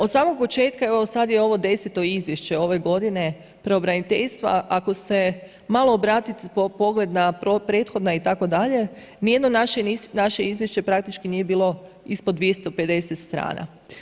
Od samog početka, evo sada je ovo 10.-to izvješće ove godine pravobraniteljstva, ako malo obratite pogled na prethodna itd., ni jedno naše izvješće praktički nije bilo ispod 250 strana.